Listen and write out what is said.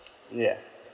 ya